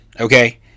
Okay